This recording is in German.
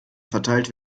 verteilt